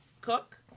cook